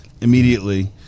immediately